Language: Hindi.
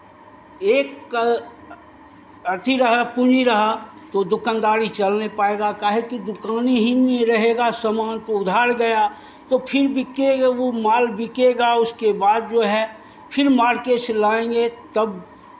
एक अथी रहा पूँजी रहा तो दुकानदारी चल नहीं पाएगा काहे कि दुकान ही नहीं रहेगा सामान तो उधार गया तो फिर बिके वो माल बिकेगा उसके बाद जो है फिर मार्केट से लाएँगे तब